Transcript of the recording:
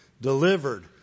delivered